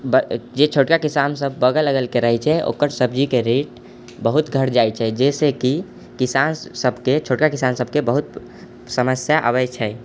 जे छोटका किसान सभ बगल अगलके रहै छै ओकर सब्जीके रेट बहुत घटि जाइ छै जाहिसँ कि किसान सबके छोटका किसान सबके बहुत समस्या आबै छै